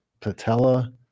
patella